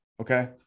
okay